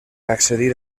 accedir